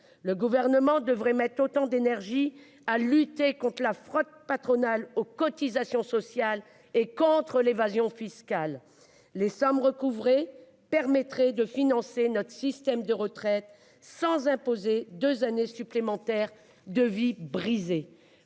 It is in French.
Le Gouvernement devrait mettre autant d'énergie à lutter contre la fraude patronale aux cotisations sociales et contre l'évasion fiscale. Les sommes recouvrées permettraient de financer notre système de retraite, sans imposer deux années supplémentaires de vie brisée.